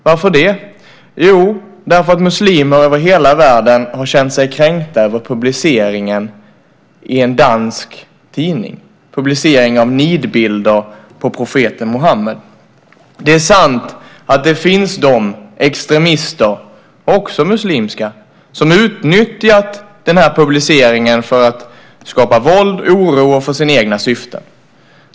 Varför då? Jo, därför att muslimer över hela världen har känt sig kränkta över publiceringen i en dansk tidning, publiceringen av nidbilder på profeten Muhammed. Det är sant att det finns de extremister, också muslimska, som utnyttjat den här publiceringen för att skapa våld och oro för sina egna syften.